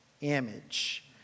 image